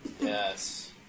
Yes